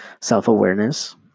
self-awareness